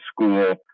school